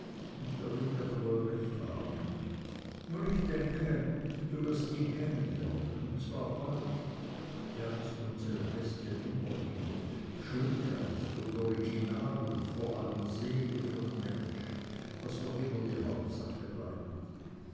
wird er wohl recht haben nun ich denke du wirst ihn kennenlernen und zwar bald er ist unsere beste nummer hier schöngeist und original und vor allem seele von mensch was doch immer die hauptsache bleibt